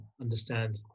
understand